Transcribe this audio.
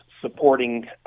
supporting